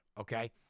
okay